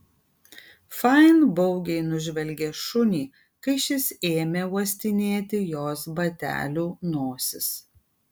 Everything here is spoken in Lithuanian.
fain baugiai nužvelgė šunį kai šis ėmė uostinėti jos batelių nosis